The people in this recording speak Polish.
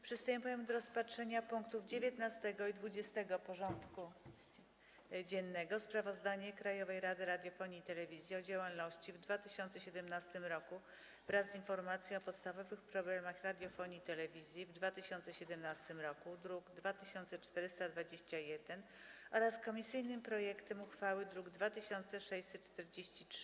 Przystępujemy do rozpatrzenia punktów 19. i 20. porządku dziennego: 19. Sprawozdanie Krajowej Rady Radiofonii i Telewizji z działalności w 2017 roku wraz z informacją o podstawowych problemach radiofonii i telewizji w 2017 roku (druk nr 2421) oraz komisyjnym projektem uchwały (druk nr 2643)